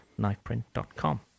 KnifePrint.com